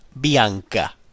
bianca